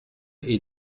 est